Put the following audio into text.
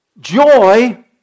Joy